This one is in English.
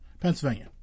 Pennsylvania